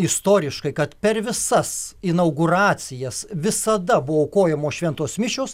istoriškai kad per visas inauguracijas visada buvo aukojamos šventos mišios